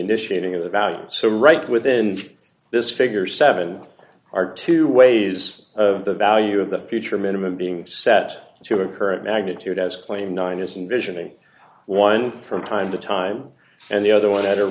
initiating of the values so right within this figure seven are two ways the value of the future minimum being set to occur at magnitude as claimed nine is in visioning one from time to time and the other one at a